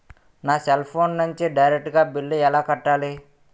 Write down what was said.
నా cell phone నుంచి direct గా బిల్లు ఎలా కట్టాలి?